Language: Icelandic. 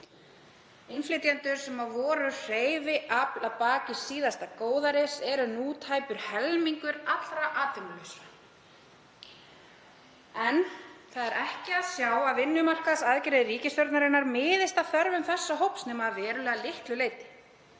Innflytjendur, sem voru hreyfiafl í síðasta góðæri, eru nú tæpur helmingur allra atvinnulausra. En það er ekki að sjá að vinnumarkaðsaðgerðir ríkisstjórnarinnar miðist að þörfum þessa hóps nema að verulega litlu leyti.